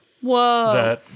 whoa